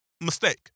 Mistake